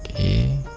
a